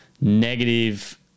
negative